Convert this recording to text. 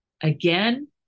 again